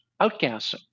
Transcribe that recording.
outgassing